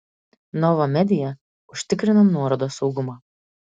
nova media užtikrina nuorodos saugumą